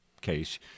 case